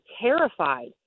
terrified